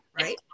Right